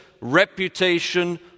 reputation